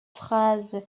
phrase